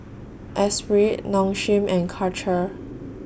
Espirit Nong Shim and Karcher